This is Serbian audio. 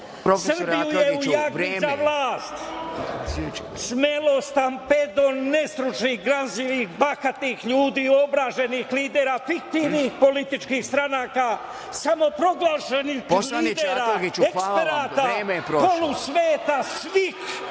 Srbiju je u jagmi za vlast smelo stampedo nestručnih gramzivih, bahatih ljudi, uobraženih lidera fiktivnih političkih stranaka, samoproglašenih lidera, eksperata, polu-sveta svih